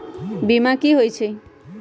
बीमा कि होई छई?